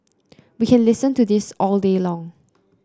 we can listen to this all day long